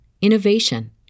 innovation